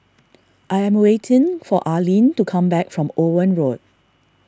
I am waiting for Arlyne to come back from Owen Road